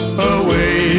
away